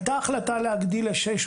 הייתה החלטה להגדיל ל-600.